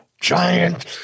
giant